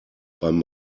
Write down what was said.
beim